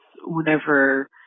whenever